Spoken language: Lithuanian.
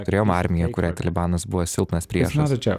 turėjom armiją kuriai talibanas buvo silpnas priešas